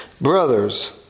Brothers